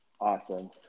Awesome